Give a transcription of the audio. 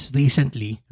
recently